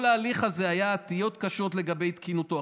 כל ההליך הזה, היו תהיות קשות לגבי תקינותו.